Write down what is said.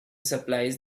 supplies